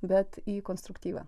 bet į konstruktyvą